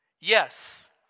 Yes